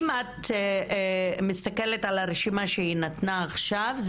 אם את מסתכלת על הרשימה שהיא נתנה עכשיו,